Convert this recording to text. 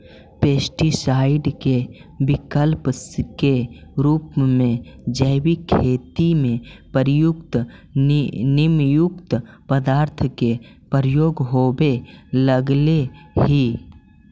pesticide के विकल्प के रूप में जैविक खेती में प्रयुक्त नीमयुक्त पदार्थ के प्रयोग होवे लगले हि